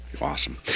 Awesome